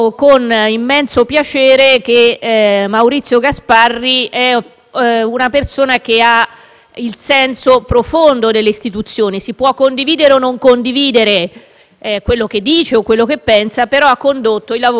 il senso profondo delle istituzioni. Si può condividere o meno quello che dice o quello che pensa, però ha condotto i lavori con un grande equilibrio che credo gli vada riconosciuto.